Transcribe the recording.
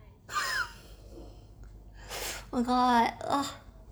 oh god